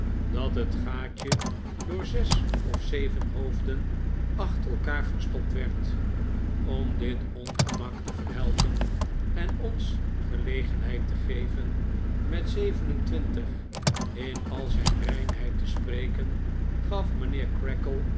dat het gaatje door zes of zeven hoofden achter elkaar verstopt werd om dit ongemak te verhelpen en ons gelegenheid te geven met zeven en twintig in alzijn reinheid te spreken gaf mijnheer